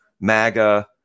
MAGA